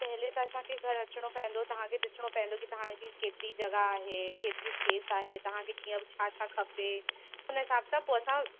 पहिरीं त असांखे घर अचिणो पवंदो तव्हांखे ॾिसणो पवंदो की तव्हांजी केतिरी जॻह आहे केतिरी स्पेस आहे तव्हांखे कीअं छा छा खपे उन हिसाब सां पोइ असां